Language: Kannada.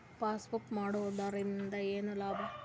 ಪಾಸ್ಬುಕ್ ಮಾಡುದರಿಂದ ಏನು ಲಾಭ?